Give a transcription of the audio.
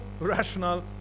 rational